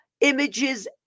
images